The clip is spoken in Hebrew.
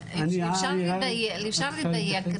אפשר לדייק.